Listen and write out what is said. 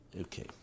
Okay